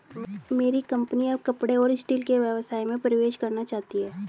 मेरी कंपनी अब कपड़े और स्टील के व्यवसाय में प्रवेश करना चाहती है